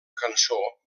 cançó